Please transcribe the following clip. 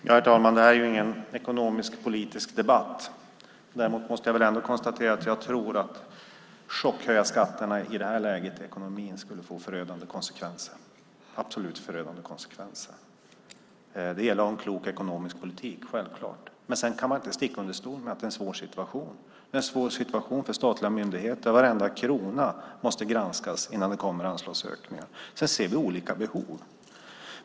Herr talman! Det här är ingen ekonomisk-politisk debatt, men jag måste ändå konstatera att jag tror att en chockhöjning av skatterna i det här ekonomiska läget skulle få absolut förödande konsekvenser. Det gäller självklart att ha en klok ekonomisk politik. Men man kan inte sticka under stol med att det är en svår situation för statliga myndigheter. Varenda krona måste granskas innan det kommer anslagsökningar. Sedan ser vi olika behov.